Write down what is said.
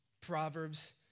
Proverbs